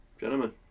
Gentlemen